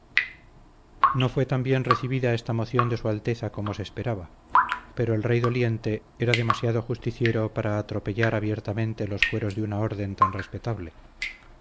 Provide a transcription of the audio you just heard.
no fue tan bien recibida esta moción de su alteza como se esperaba pero el rey doliente era demasiado justiciero para atropellar abiertamente los fueros de una orden tan respetable